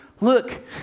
look